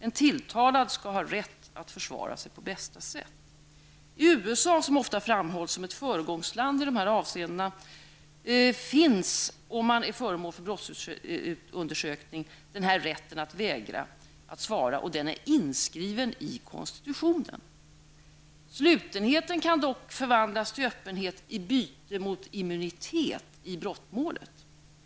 En tilltalad skall ha rätt att försvara sig på bästa sätt. I USA, som ofta framhålls som ett föregångsland i de här avseendena, är rätten att vägra att svara, om man är föremål för brottsutredning, inskriven i konstitutionen. Slutenheten kan dock förvandlas till öppenhet i byte mot immunitet i brottmålet.